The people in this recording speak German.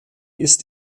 ist